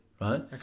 right